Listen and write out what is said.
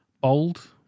Bold